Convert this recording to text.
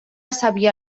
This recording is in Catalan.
sabia